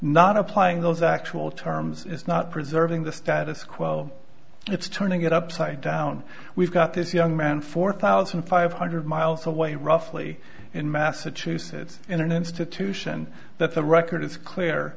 not applying those actual terms is not preserving the status quo it's turning it upside down we've got this young man four thousand five hundred miles away roughly in massachusetts in an institution that the record is clear